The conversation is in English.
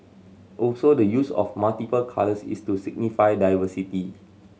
also the use of multiple colours is to signify diversity